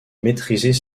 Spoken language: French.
maîtriser